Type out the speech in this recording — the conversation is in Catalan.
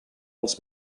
els